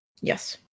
Yes